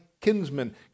kinsman